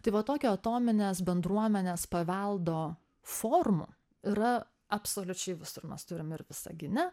tai va tokio atominės bendruomenės paveldo formų yra absoliučiai visur mes turim ir visagine